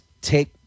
take